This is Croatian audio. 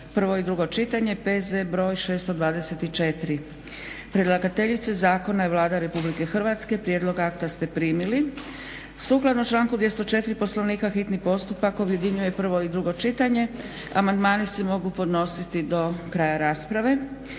prvo i drugo čitanje, P.Z. br. 624 Predlagateljica zakona je Vlada RH. Prijedlog akta ste primili. Sukladno članku 204. Poslovnika hitni postupak objedinjuje prvo i drugo čitanje, a amandmani se mogu podnositi do kraja rasprave.